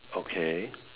okay